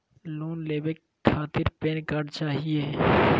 Loan लेवे खातीर PAN card चाहियो?